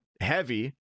heavy